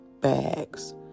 bags